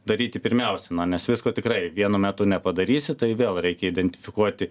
daryti pirmiausia na nes visko tikrai vienu metu nepadarysi tai vėl reikia identifikuoti